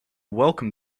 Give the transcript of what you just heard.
welcome